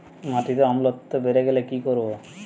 মাটিতে অম্লত্ব বেড়েগেলে কি করব?